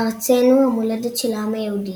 ארצנו - המולדת של העם היהודי,